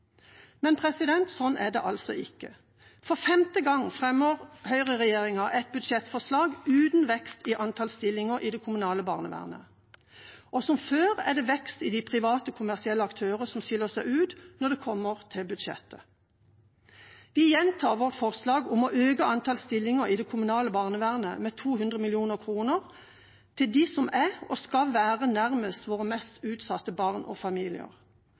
Men sånn er det altså ikke. For femte gang fremmer høyreregjeringa et budsjettforslag uten vekst i antall stillinger i det kommunale barnevernet. Som før er det vekst i de private kommersielle aktørene som skiller seg ut, når det kommer til budsjettet. Vi gjentar vårt forslag om å øke antall stillinger i det kommunale barnevernet med 200 mill. kr til dem som er og skal være nærmest våre mest utsatte barn og familier.